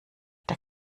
der